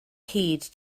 heed